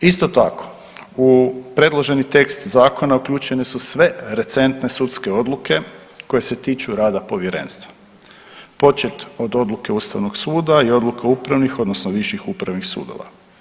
Isto tako u predloženi tekst zakona uključene su sve recentne sudske odluke koje se tiču rada povjerenstva, počet od odluke Ustavnog suda i odluke upravnih odnosno viših upravnih sudova.